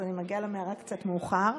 אז אני מגיעה למערה קצת מאוחר,